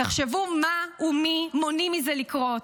תחשבו מה ומי מונעים מזה לקרות,